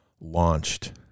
launched